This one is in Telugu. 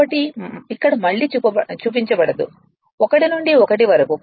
కాబట్టి ఇక్కడ మళ్ళీ చూపించబడదు 1 నుండి 1 వరకు